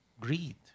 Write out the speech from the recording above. greed